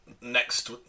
next